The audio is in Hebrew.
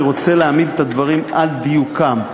אני רוצה להעמיד את הדברים על דיוקם.